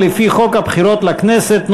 לפי חוק הבחירות לכנסת ,